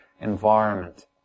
environment